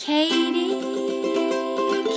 Katie